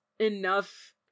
enough